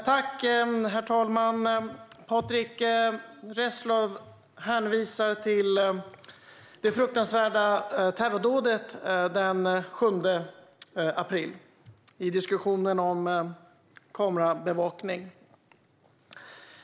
Herr talman! Patrick Reslow hänvisar till det fruktansvärda terrordådet den 7 april 2017 i diskussionen om kamerabevakning.